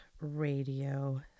radio